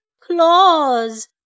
claws